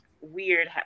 weird